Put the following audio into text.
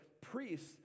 priests